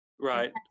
Right